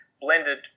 blended